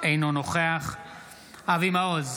אינו נוכח אבי מעוז,